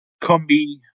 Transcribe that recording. combi